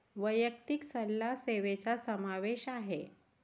वैयक्तिक सल्ला सेवेचा समावेश आहे